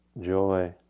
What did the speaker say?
joy